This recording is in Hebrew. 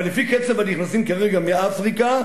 אבל לפי קצב הנכנסים כרגע מאפריקה,